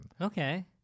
Okay